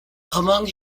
among